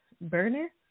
burner